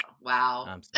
Wow